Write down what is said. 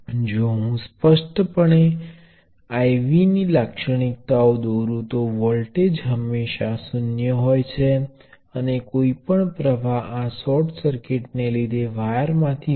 અને જો તમે પ્રવાહ સ્ત્રોત લો છો તો અહીંયા અસમાન મૂલ્યો માટે પ્ર્વાહ સ્ત્રોતોનું શ્રેણીબદ્ધ જોડાણ માન્ય નથી